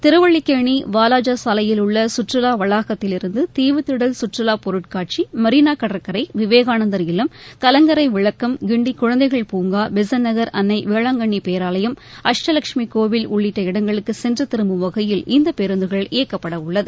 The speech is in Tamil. திருவல்லிக்கேணி வாலாஜா சாலையில் உள்ள சுற்றுவா வளாகத்திலிருந்து தீவுத்திடல் சுற்றுவா பொருட்காட்சி மெரினா கடற்கரை விவேகானந்தர் இல்லம் கலங்கரை விளக்கம் கிண்டி குழந்தைகள் பூங்கா பெகன்ட்நகர் அன்னை வேளாங்கண்ணி பேராலயம் அஷ்டலஷ்மி கோவில் உள்ளிட்ட இடங்களுக்கு சென்று திரும்பும் வகையில் இந்த பேருந்துகள் இயக்கப்பட உள்ளது